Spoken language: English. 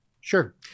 Sure